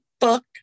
fuck